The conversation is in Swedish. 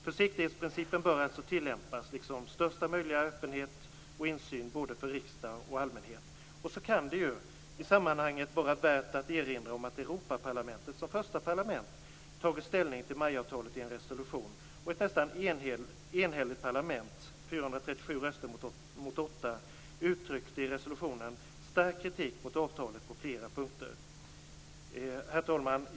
Försiktighetsprincipen bör alltså tillämpas liksom största möjliga öppenhet och insyn både för riksdagen och allmänheten. Så kan det ju i sammmanhanget vara värt att erinra om att Europaparlamentet som första parlament tagit ställning till MAI-avtalet i en resolution och att ett nästan enhälligt parlament - 437 röster mot 8 - uttryckte i resolutionen stark kritik mot avtalet på flera punkter. Herr talman!